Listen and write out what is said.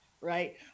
right